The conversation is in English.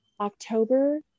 October